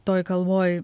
toj kalboj